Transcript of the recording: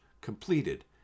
completed